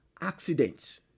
accidents